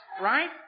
right